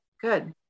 Good